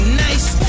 nice